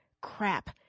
crap